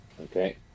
Okay